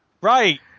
Right